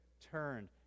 turned